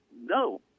No